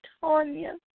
Tanya